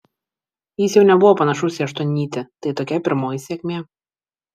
jis jau nebuvo panašus į aštuonnytį tai tokia pirmoji sėkmė